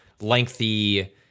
lengthy